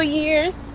years